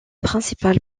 principal